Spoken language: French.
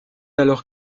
alors